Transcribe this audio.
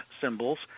symbols